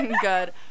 Good